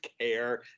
care